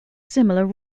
similar